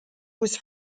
was